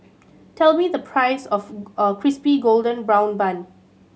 tell me the price of Crispy Golden Brown Bun